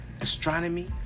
astronomy